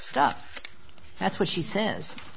stuff that's what she says